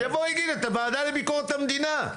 שיבוא יגיד, אתה ועדה לביקורת המדינה.